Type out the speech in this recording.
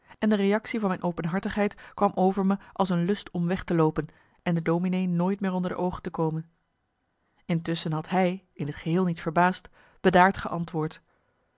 en de reactie van mijn openhartigheid kwam over me als een lust om weg te loopen en de dominee nooit meer onder de oogen te komen intusschen had hij in t geheel niet verbaasd bedaard geantwoord